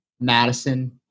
Madison